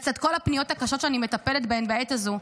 לצד כל הפניות הקשות שאני מטפלת בהן בעת הזו,